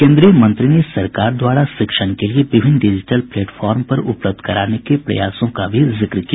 केन्द्रीय मंत्री ने सरकार द्वारा शिक्षण के लिए विभिन्न डिजिटल प्लेटफॉर्म उपलब्ध कराने के प्रयासों का भी जिक्र किया